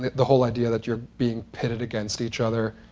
the whole idea that you're being pitted against each other,